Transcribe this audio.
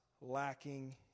lacking